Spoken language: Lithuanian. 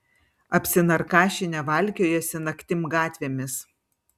apsinarkašinę valkiojasi naktim gatvėmis